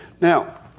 Now